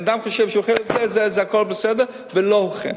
אדם חושב שאם הוא אוכל את זה, הכול בסדר, ולא כן.